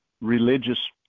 religious